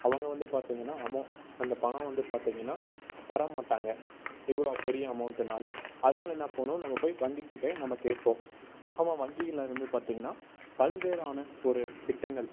அவங்க வந்து பார்த்தீங்கன்னா அமௌ அந்தப் பணம் வந்து பார்த்தீங்கன்னா தர மாட்டாங்க இவ்வளோ பெரிய அமௌண்ட்டுனால அதனால் என்ன பண்ணுவோம் நம்ம போய் வங்கிக்கிட்ட நம்ம கேட்போம் ஆமாம் வங்கிலிருந்து பார்த்தீங்கன்னா பல்வேறான ஒரு திட்டங்கள்